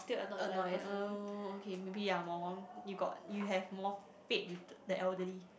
annoyed uh okay maybe ya more you got you have more fate with the elderly